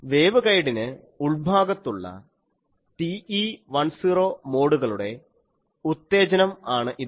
വേവ്ഗൈഡിന് ഉൾഭാഗത്തുള്ള TE10 മോഡുകളുടെ ഉത്തേജനം ആണ് ഇത്